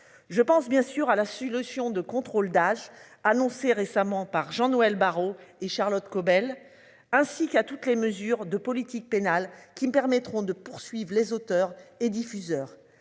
je pense bien sûr à la su lotion de contrôle d'âge annoncé récemment par Jean-Noël Barrot et Charlotte Caubel, ainsi qu'à toutes les mesures de politique pénale qui permettront de poursuivent les auteurs et diffuseurs.